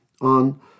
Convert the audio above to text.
on